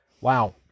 Wow